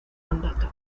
mandato